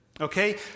okay